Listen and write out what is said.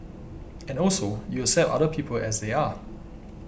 and also you accept other people as they are